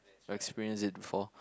experienced it before